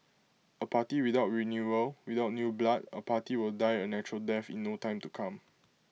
A party without renewal without new blood A party will die A natural death in no time to come